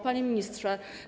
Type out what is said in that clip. Panie Ministrze!